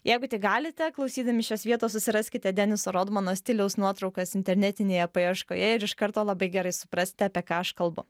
jeigu tik galite klausydami šios vietos susiraskite deniso rodmano stiliaus nuotraukas internetinėje paieškoje ir iš karto labai gerai suprasite apie ką aš kalbu